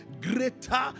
greater